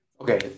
Okay